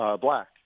black